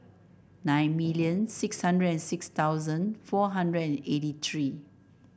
nine million six hundred six thousand four hundred eighty three